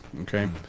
Okay